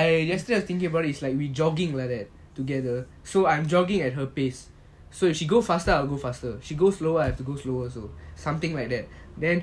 I yesterday I was thinking about it is like we jogging like that together so I'm jogging at her pace so if she go faster I will go faster she go slower I have to go slower also something like that then